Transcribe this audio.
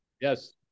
Yes